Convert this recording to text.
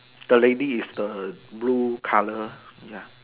the lady is the blue colour ya